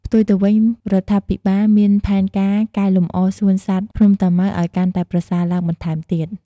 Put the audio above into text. ផ្ទុយទៅវិញ រដ្ឋាភិបាលមានផែនការកែលម្អសួនសត្វភ្នំតាម៉ៅឱ្យកាន់តែប្រសើរឡើងបន្ថែមទៀត។